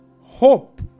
hope